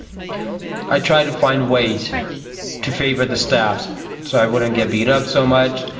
i tried to find ways to favour the staff so so i wouldn't get beat up so much.